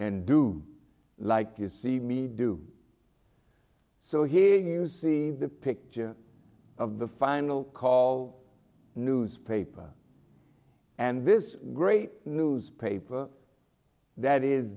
and do like you see me do so here you see the picture of the final call newspaper and this great newspaper that is